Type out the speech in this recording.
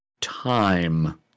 time